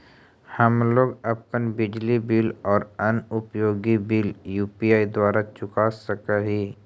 हम लोग अपन बिजली बिल और अन्य उपयोगि बिल यू.पी.आई द्वारा चुका सक ही